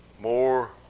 more